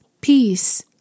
peace